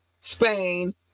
spain